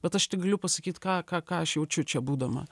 bet aš tik galiu pasakyt ką ką ką aš jaučiu čia būdama